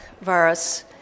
virus